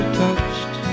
touched